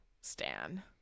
stan